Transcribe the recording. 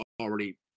already